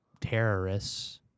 terrorists